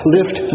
Lift